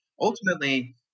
ultimately